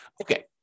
Okay